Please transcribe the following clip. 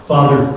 Father